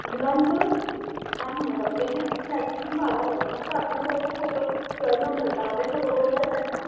मुलांचं काय म्हणूयात आपण त्यांच्या एक्स्ट्रा ॲक्टिव्हिटी वाढाव्यात फक्त अभ्यासावरती फोकस क न करता अभ्यासाबरोबरच त्यांना